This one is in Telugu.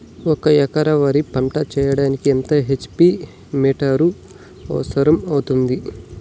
ఒక ఎకరా వరి పంట చెయ్యడానికి ఎంత హెచ్.పి మోటారు అవసరం అవుతుంది?